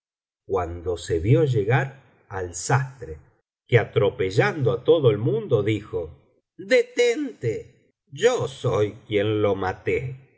cuando se vio llegar al sastre que atrepellando á todo el mundo dijo detente yo soy quien lo maté